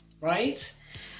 right